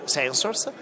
sensors